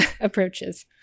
approaches